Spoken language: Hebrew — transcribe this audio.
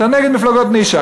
אתה נגד מפלגות נישה.